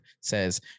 says